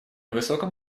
высоком